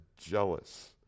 jealous